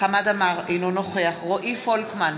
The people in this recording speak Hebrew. חמד עמאר, אינו נוכח רועי פולקמן,